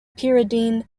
pyridine